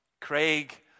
Craig